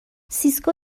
سیسکو